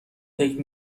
فکر